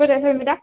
बोरो हेल्मेटा